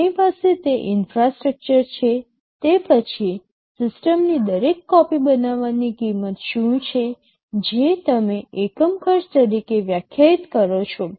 આપણી પાસે તે ઇન્ફ્રાસ્ટ્રક્ચર છે તે પછી સિસ્ટમની દરેક કોપી બનાવવાની કિંમત શું છે જે તમે એકમ ખર્ચ તરીકે વ્યાખ્યાયિત કરો છો